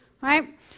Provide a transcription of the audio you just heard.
right